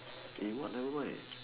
eh what never mind